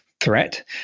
threat